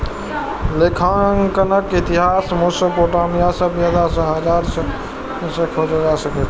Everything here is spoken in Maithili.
लेखांकनक इतिहास मोसोपोटामिया सभ्यता सं हजार साल पहिने सं खोजल जा सकै छै